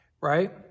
right